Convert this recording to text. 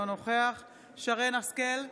אינו נוכח שרן מרים השכל,